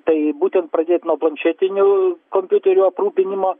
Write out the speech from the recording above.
tai būtent pradėt nuo planšetinių kompiuterių aprūpinimo